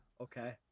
Okay